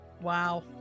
Wow